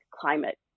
climate